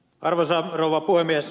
arvoisa rouva puhemies